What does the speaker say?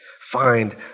find